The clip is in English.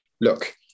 look